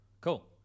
Cool